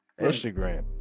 Instagram